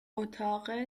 اتاق